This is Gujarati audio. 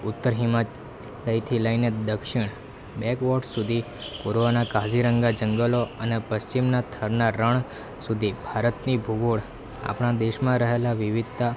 ઉત્તર હિમાલયથી લઈને દક્ષિણ બેકવોટર સુધી પૂર્વના કાઝીરંગા જંગલો અને પશ્ચિમના થરના રણ સુધી ભારતની ભૂગોળ આપણાં દેશમાં રહેલા વિવિધતા